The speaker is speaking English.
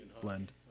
Blend